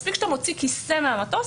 מספיק שאתה מוציא כיסא מהמטוס,